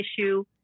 issue